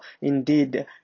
Indeed